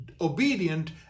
obedient